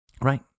Right